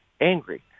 angry